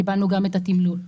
קיבלנו גם את התמלול.